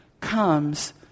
comes